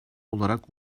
olarak